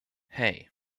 hey